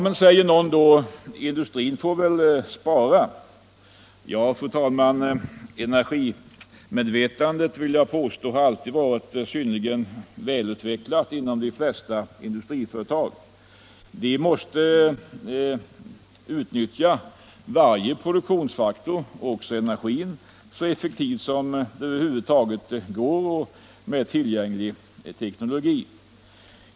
Men, säger någon, industrin får väl spara. Energimedvetandet har alltid varit välutvecklat i de allra flesta industriföretag. De måste utnyttja varje produktionsfaktor — också energin — så effektivt som det med tillgänglig teknik är möjligt.